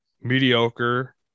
mediocre